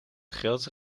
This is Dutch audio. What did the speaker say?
grootste